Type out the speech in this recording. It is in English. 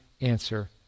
answer